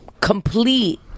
Complete